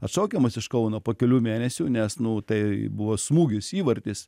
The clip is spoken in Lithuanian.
atšaukiamas iš kauno po kelių mėnesių nes nu tai buvo smūgis įvartis